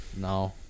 No